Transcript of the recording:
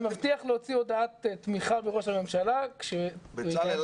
אני מבטיח להוציא הודעת תמיכה בראש הממשלה כשזה יקרה.